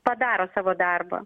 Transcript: padaro savo darbą